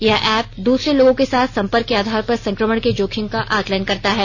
यह ऐप दसरे लोगों के साथ सम्पर्क के आधार पर संक्रमण के जोखिम का आकलन करता है